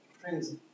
friends